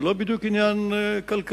זה לא בדיוק עניין כלכלי,